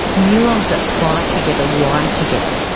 neurons that fire together, wire together.